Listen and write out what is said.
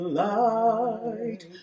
light